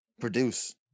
produce